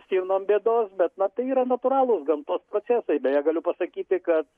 stirnom bėdos bet na tai yra natūralūs gamtos procesai beje galiu pasakyti kad